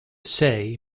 say